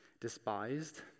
despised